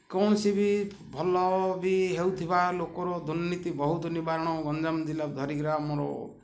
କୌଣସି ବି ଭଲ ବି ହେଉଥିବା ଲୋକର ଦୂର୍ନିତି ବହୁତ ନିବାରଣ ଗଞ୍ଜାମ ଜିଲ୍ଲା ଧରିକିରି ଆମର